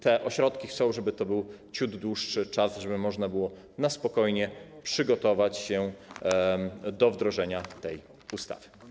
Te ośrodki chcą, żeby to był ciut dłuższy czas, żeby można było spokojnie przygotować się do wdrożenia tej ustawy.